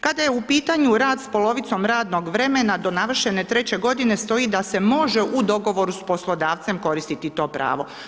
Kada je u pitanju rad s polovicom radnog vremena do navršene treće godine, stoji da se može u dogovoru s poslodavcem koristiti to pravo.